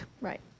Right